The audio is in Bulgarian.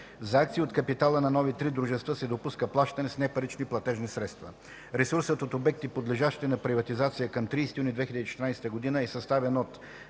За акции от капитала на нови три дружества се допуска плащане с непарични платежни средства. Ресурсът от обекти, подлежащи на приватизация към 30 юни 2014 г., е съставен от: